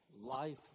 life